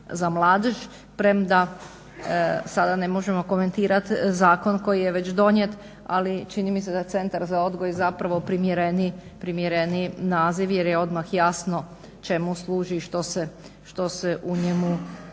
za mladež. Premda sada ne možemo komentirat zakon koji je već donijet, ali čini mi se da centar za odgoj zapravo primjereniji naziv, jer je odmah jasno čemu služi i što se u njemu